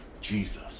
Jesus